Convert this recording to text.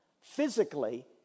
Physically